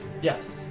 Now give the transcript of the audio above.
Yes